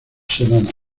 semanas